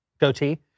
goatee